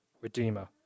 redeemer